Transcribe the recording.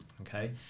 Okay